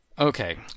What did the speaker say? Okay